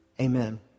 Amen